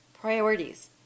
priorities